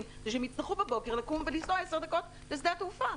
זה שהם יצטרכו בבוקר לקום ולנסוע 10 דקות לשדה התעופה.